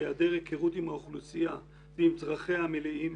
בהיעדר הכרות עם האוכלוסייה ועם צרכיה המלאים,